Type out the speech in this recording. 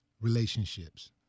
relationships